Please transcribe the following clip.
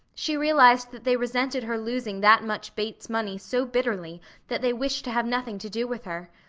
she realized that they resented her losing that much bates money so bitterly that they wished to have nothing to do with her.